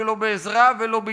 ולא בעזרה ולא בגיבוי,